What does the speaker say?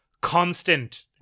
constant